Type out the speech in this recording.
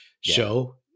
show